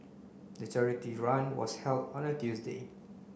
the charity run was held on a Tuesday